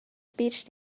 speech